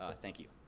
ah thank you.